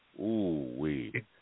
Ooh-wee